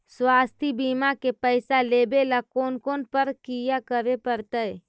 स्वास्थी बिमा के पैसा लेबे ल कोन कोन परकिया करे पड़तै?